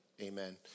amen